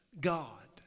God